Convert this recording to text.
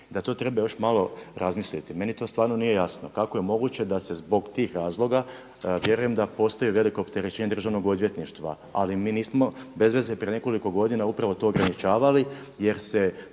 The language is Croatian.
da to treba još malo razmisliti. Meni to stvarno nije jasno kako je moguće da se zbog tih razloga, vjerujem da postoji veliko opterećenje državnog odvjetništva ali mi nismo bezveze prije nekoliko godina upravo to ograničavali jer se